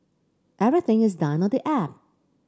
everything is done on the app